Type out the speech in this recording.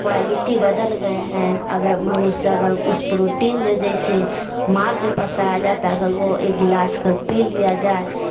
quality बदल गए हैं अगर मनुष्य अगर उस प्रोटीन जे जैसे मांड जो पसाया जाता अगर वो एक गिलास अगर पी लिया जाए